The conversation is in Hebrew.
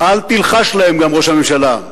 גם אל תלחש להם, ראש הממשלה.